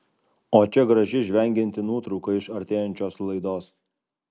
o čia graži žvengianti nuotrauka iš artėjančios laidos